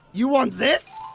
you want this?